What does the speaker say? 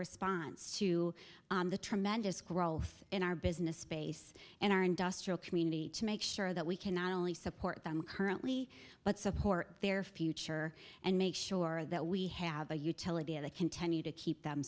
response to the tremendous growth in our business space and our industrial community to make sure that we can not only support them currently but support their future and make sure that we have the utility of the continue to keep them